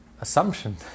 assumption